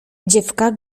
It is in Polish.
dziewka